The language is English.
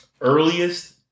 Earliest